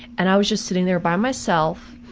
and i was just sitting there by myself,